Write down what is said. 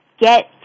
get